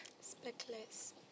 Speckless